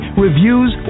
reviews